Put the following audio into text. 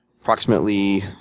Approximately